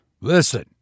listen